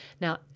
Now